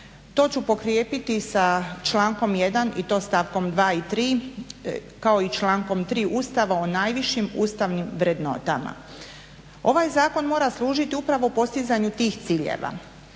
To ću potkrijepiti sa člankom 1. i to stavkom 2. i 3., kao i člankom 3. Ustava o najvišim ustavnim vrednotama. Ovaj zakon mora služiti upravo postizanju tih ciljeva